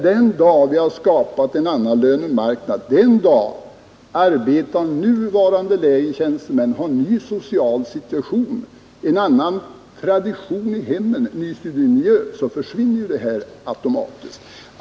Den dag vi har skapat en annan lönemarknad, den dag arbetare och lägre tjänstemän har en annan tradition i hemmen och en ny studiemiljö, har vi automatiskt en ny situation.